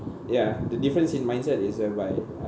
ya the difference in mindset is whereby I